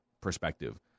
perspective